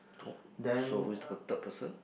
oh so who is the third person